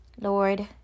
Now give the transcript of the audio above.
lord